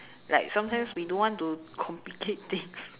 like sometimes we don't want to complicate things